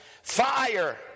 fire